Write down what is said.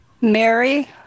Mary